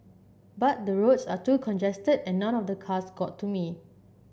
but the roads are too congested and none of the cars got to me